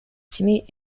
семей